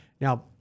Now